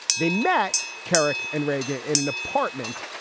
they met kerik and reagan in an apartment,